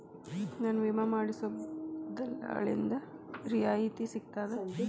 ನನ್ನ ವಿಮಾ ಮಾಡಿಸೊ ದಲ್ಲಾಳಿಂದ ರಿಯಾಯಿತಿ ಸಿಗ್ತದಾ?